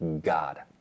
God